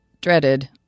dreaded